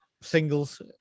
singles